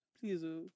please